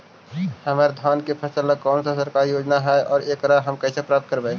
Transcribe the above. हमर धान के फ़सल ला कौन सा सरकारी योजना हई और एकरा हम कैसे प्राप्त करबई?